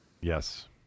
Yes